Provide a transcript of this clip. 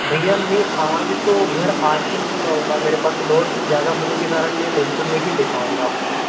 भईया मैं आज तो घर आ ही नहीं पाऊँगा मेरे पास लोड ज़्यादा होने के कारण मैं मनिकपुर में ही दे पाऊँगा आपको